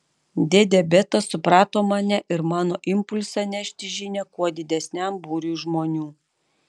dėdė betas suprato mane ir mano impulsą nešti žinią kuo didesniam būriui žmonių